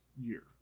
year